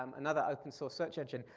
um another open source search engine,